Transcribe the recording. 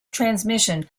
transmission